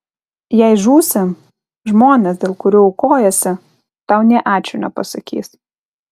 jei žūsi žmonės dėl kurių aukojiesi tau nė ačiū nepasakys